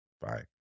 Bye